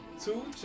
Two